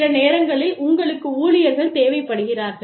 சில நேரங்களில் உங்களுக்கு ஊழியர்கள் தேவைப்படுகிறார்கள்